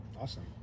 Awesome